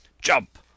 Jump